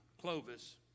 Clovis